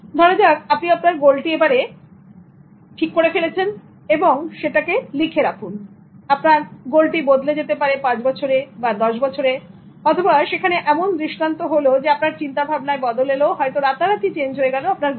এখন আপনি আপনার গোলটি লিখে রাখুন আপনার গোলটি বদলে যেতে পারে 5 বছরে বা 10 বছরে অথবা সেখানে এমন দৃষ্টান্ত হলো আপনার চিন্তা ভাবনায় বদল এল হয়তো রাতারাতি চেঞ্জ হয়ে গেল আপনার গোল